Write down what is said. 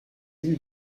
îles